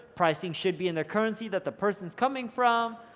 pricing should be in their currency, that the person's coming from,